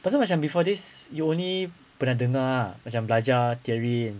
pasal macam before this you only pernah dengar macam belajar theory kan